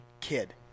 Kid